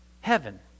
heaven